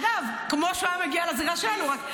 אגב, כמו שהוא היה מגיע לזירה שלנו, רק לצערי,